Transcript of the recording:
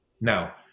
Now